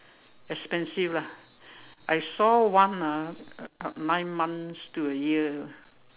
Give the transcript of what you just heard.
expensive lah I saw one ah uh nine months to a year